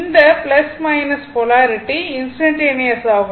இந்த polarity instantaneous ஆகும்